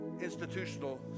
institutional